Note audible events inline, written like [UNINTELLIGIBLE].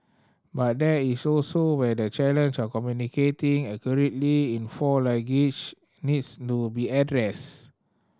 but there is [UNINTELLIGIBLE] where the challenge of communicating accurately in four language needs no be addressed